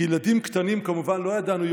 כילדים קטנים כמובן לא ידענו,